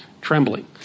trembling